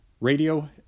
radio